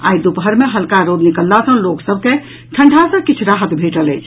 आई दूपहर मे हल्का रौद निकलला सँ लोक सभ के ठंढ़ा सँ किछु राहत भेटल अछि